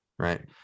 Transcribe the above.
right